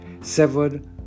severed